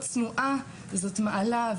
להיות צנועה זו מעלה,